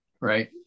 right